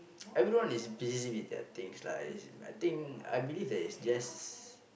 everyone is busy with their things lah I think I believe that is just